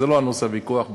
זה לא נושא הוויכוח.